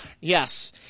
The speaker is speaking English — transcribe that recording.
yes